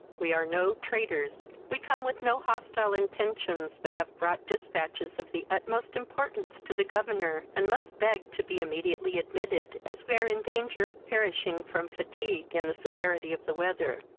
we are no traitors we come with no hostile intentions, but have brought dispatches of the utmost importance to the governor, and must beg to be immediately admitted, as we are in danger of perishing from fatigue and the severity of the weather.